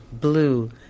blue